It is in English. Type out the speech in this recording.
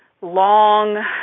long